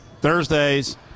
Thursdays